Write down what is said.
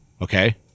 okay